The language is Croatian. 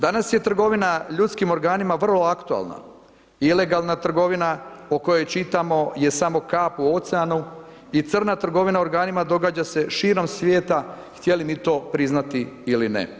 Danas je trgovina ljudskim organima vrlo aktualna, ilegalna trgovina o kojoj čitamo je samo kap u oceanu i crna trgovina organima događa se širom svijeta htjeli mi to priznati ili ne.